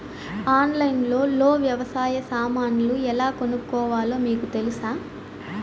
ఆన్లైన్లో లో వ్యవసాయ సామాన్లు ఎలా కొనుక్కోవాలో మీకు తెలుసా?